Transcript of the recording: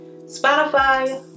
Spotify